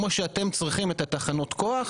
כמו שאתם צריכים את תחנות הכוח